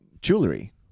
jewelry